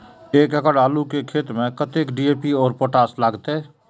एक एकड़ आलू के खेत में कतेक डी.ए.पी और पोटाश लागते?